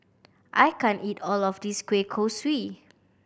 I can't eat all of this kueh kosui